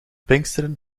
pinksteren